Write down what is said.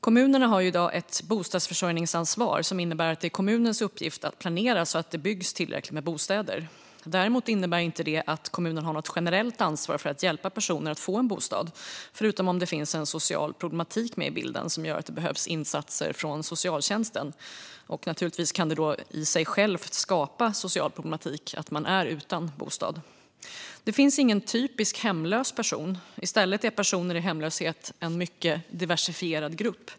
Kommunerna har i dag ett bostadsförsörjningsansvar som innebär att det är kommunens uppgift att planera så att det byggs tillräckligt med bostäder. Däremot innebär det inte att kommunen har ett generellt ansvar för att hjälpa personer att få en bostad, förutom om det finns en social problematik med i bilden som gör att insatser från socialtjänsten behövs. Naturligtvis kan omständigheten att man är utan bostad i sig skapa en social problematik. Det finns ingen typisk hemlös person. I stället är personer i hemlöshet en mycket diversifierad grupp.